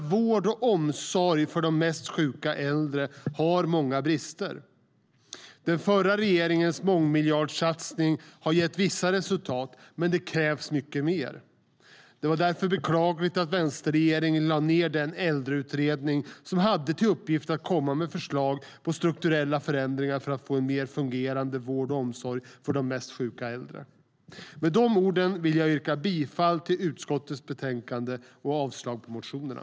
Vård och omsorg för de mest sjuka äldre har många brister. Den förra regeringens mångmiljardsatsning har gett vissa resultat, men det krävs mycket mer. Det är därför beklagligt att vänsterregeringen lagt ned den äldreutredning som hade till uppgift att komma med förslag på strukturella förändringar för få en mer fungerande vård och omsorg för de mest sjuka äldre. Med de orden vill jag yrka bifall till utskottets förslag i betänkandet och avslag på motionerna.